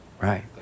right